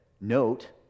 Note